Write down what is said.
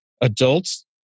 Adults